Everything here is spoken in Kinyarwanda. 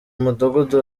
mudugudu